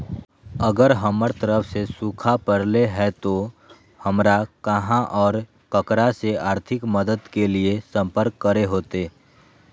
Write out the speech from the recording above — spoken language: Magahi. अगर हमर तरफ सुखा परले है तो, हमरा कहा और ककरा से आर्थिक मदद के लिए सम्पर्क करे होतय?